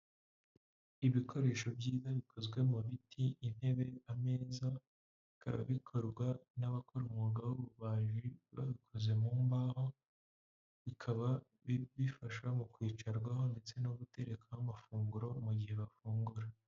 Ibikoresho byiza bikozwe mu biti, intebe, ameza bikaba bikorwa n'abakora umwuga w'ububaji, babikoze mu mbaho bikaba bifasha mu kwicarwaho ndetse no gutekaho amafunguro mu gihe bafungura.